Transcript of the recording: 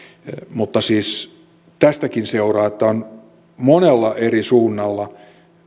mutta siis tästäkin seuraa että on monella eri suunnalla